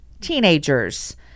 teenagers